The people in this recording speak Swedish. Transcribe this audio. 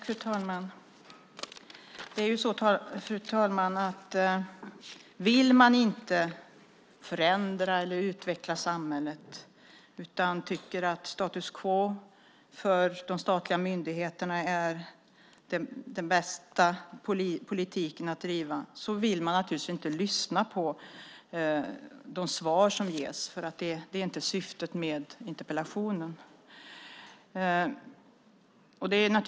Fru talman! Vill man inte förändra och utveckla samhället utan tycker att status quo för myndigheterna är den bästa politiken att driva vill man naturligtvis inte lyssna på de svar som ges. Det är inte syftet med interpellationen.